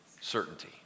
certainty